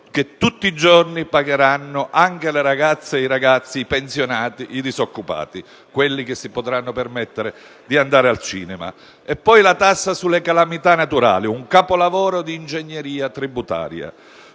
che tutti i giorni pagheranno anche le ragazze, i ragazzi, i pensionati e i disoccupati, quelli che se lo potranno permettere. Non dimentichiamo poi la tassa sulle calamità naturali: un capolavoro di ingegneria tributaria.